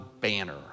banner